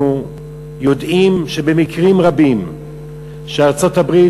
אנחנו יודעים שבמקרים רבים בארצות-הברית,